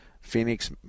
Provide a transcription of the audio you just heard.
Phoenix